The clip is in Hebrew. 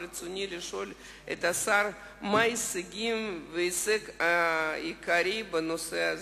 ברצוני לשאול את השר: מהם ההישגים וההישג העיקרי בנושא הזה?